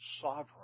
sovereign